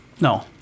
no